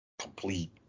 complete